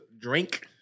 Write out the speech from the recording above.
drink